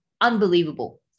Unbelievable